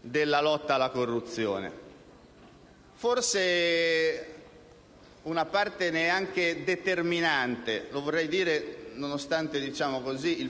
della lotta alla corruzione; forse una parte neanche determinante e lo vorrei dire nonostante il